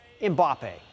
Mbappe